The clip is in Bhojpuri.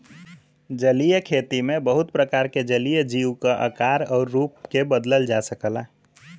जलीय खेती में बहुत प्रकार के जलीय जीव क आकार आउर रूप के बदलल जा सकला